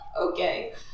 Okay